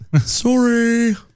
Sorry